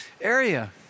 area